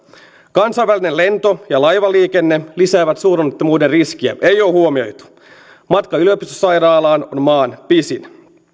kansainvälinen lento ja laivaliikenne lisäävät suuronnettomuuden riskiä ei ole huomioitu matka yliopistosairaalaan on maan pisin